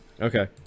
Okay